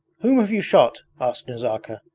whom have you shot asked nazarka.